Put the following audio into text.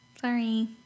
Sorry